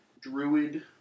druid